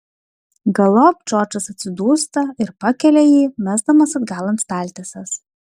galop džordžas atsidūsta ir pakelia jį mesdamas atgal ant staltiesės